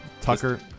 Tucker